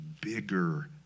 bigger